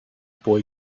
boy